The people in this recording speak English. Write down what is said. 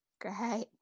Great